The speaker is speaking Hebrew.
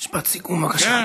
משפט סיכום, בבקשה.